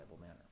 manner